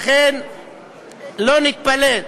לכן לא נתפלא,